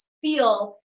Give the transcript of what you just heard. feel